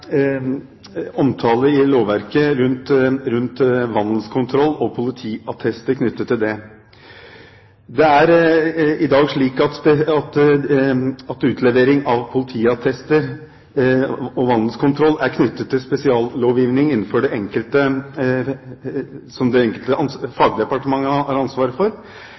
omtale i lovverket rundt vandelskontroll og politiattester knyttet til det. Det er i dag slik at utlevering av politiattester og vandelskontroll er knyttet til spesiallovgivningen som det enkelte fagdepartementet har ansvaret for,